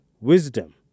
wisdom